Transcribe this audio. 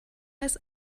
als